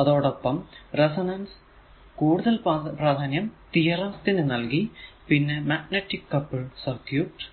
അതോടൊപ്പം റെസൊണൻസ് കൂടുതൽ പ്രാധാന്യം തിയറം നും നൽകി പിന്നെ മാഗ്നെറ്റിക് കപ്പിൾ സർക്യൂട്